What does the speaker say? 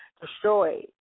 destroyed